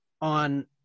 on